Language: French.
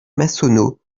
massonneau